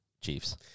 Chiefs